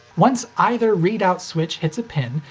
once either readout switch hits a pin,